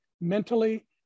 mentally